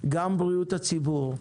גם בריאות הציבור,